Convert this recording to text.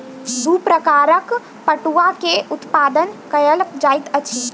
दू प्रकारक पटुआ के उत्पादन कयल जाइत अछि